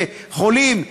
והחולים,